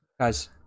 guys